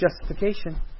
justification